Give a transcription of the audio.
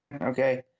okay